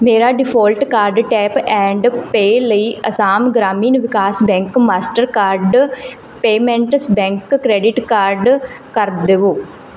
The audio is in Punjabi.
ਮੇਰਾ default card tap and pay ਲਈ Assam Gramin Vikas bank Mastercard payments bank credit card ਕਰ ਦੇਵੋ